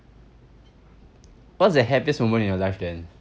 what's the happiest moment in your life then